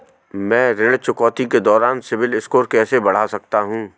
मैं ऋण चुकौती के दौरान सिबिल स्कोर कैसे बढ़ा सकता हूं?